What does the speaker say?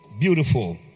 Beautiful